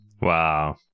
Wow